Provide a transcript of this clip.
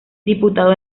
diputado